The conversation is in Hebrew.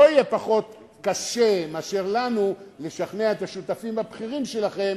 שלא יהיה פחות קשה מאשר לנו לשכנע את השותפים הבכירים שלכם